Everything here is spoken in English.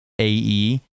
AE